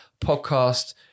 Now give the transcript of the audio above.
podcast